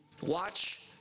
watch